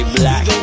Black